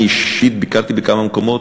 אני אישית ביקרתי בכמה מקומות,